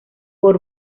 otra